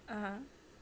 (uh huh)